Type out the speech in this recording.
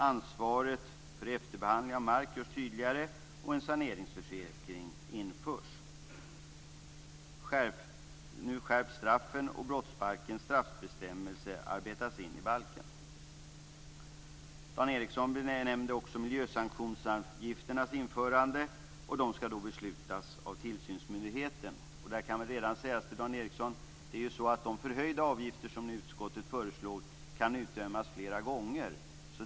Ansvaret för efterbehandling av mark görs tydligare. En saneringsförsäkring införs. Nu skärps straffen, och brottsbalkens straffbestämmelser arbetas in i balken. Dan Ericsson nämnde miljösanktionsavgifternas införande. De skall beslutas om av tillsynsmyndigheten. Jag kan redan säga till Dan Ericsson att de förhöjda avgifter som utskottet föreslår kan utdömas flera gånger.